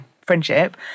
friendship